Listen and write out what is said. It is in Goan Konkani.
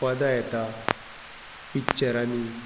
पदां येता पिच्चरांनी